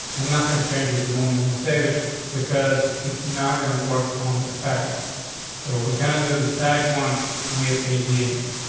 and nothing changes the moment we save it because it's not gonna work home the static one so we cannot do the static one with a z index.